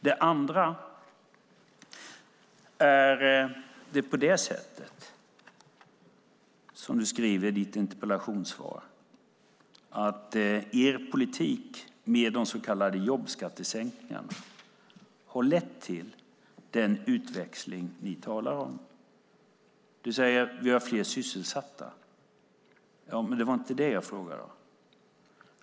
Det andra gäller det som du skriver i ditt interpellationssvar, att er politik med de så kallade jobbskattesänkningarna har lett till den utväxling ni talar om. Du säger: Vi har fler sysselsatta. Ja, men det var inte det jag frågade om.